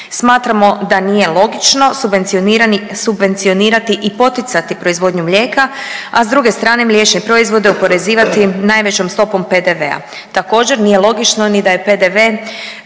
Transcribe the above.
Smatramo da nije logično subvencionirani, subvencionirati i poticati proizvodnju mlijeka, a s druge strane mliječne proizvode oporezivati najvećom stopom PDV-a. Također nije logično ni da je PDV